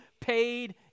paid